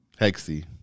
Hexy